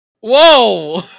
Whoa